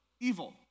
evil